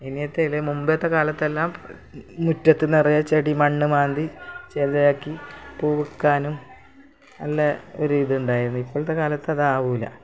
ഇനിയാത്തേല്ലേ മുമ്പഴ്ത്തെ കാലത്തെല്ലാം മുറ്റത്ത് നിറയെ ചെടി മണ്ണ് മാന്തി ചെളിയാക്കി പൂ വിൽക്കാനും നല്ല ഒരിതുണ്ടായിരുന്നു ഇപ്പൾത്തെ കാലത്തതാവൂല്ല